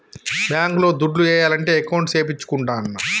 bank లో దుడ్లు ఏయాలంటే అకౌంట్ సేపిచ్చుకుంటాన్న